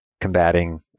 combating